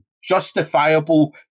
justifiable